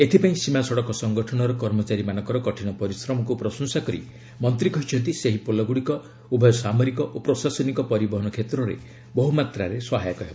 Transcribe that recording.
ଏଥିପାଇଁ ସୀମା ସଡ଼କ ସଂଗଠନର କର୍ମଚାରୀମାନଙ୍କ କଠିନ ପରିଶ୍ରମକୁ ପ୍ରଶଂସା କରି ମନ୍ତ୍ରୀ କହିଛନ୍ତି ସେହି ପୋଲଗୁଡ଼ିକ ଉଭୟ ସାମରିକ ଓ ପ୍ରଶାସନିକ ପରିବହନ କ୍ଷେତ୍ରରେ ବହୁମାତ୍ରାରେ ସହାୟକ ହେବ